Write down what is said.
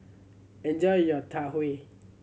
enjoy your Tau Huay